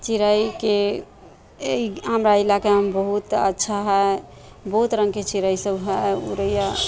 चिड़ैके एहि हमरा इलाकामे बहुत अच्छा हइ बहुत रङ्गके चिड़ैसब हइ उड़ैए